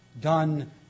done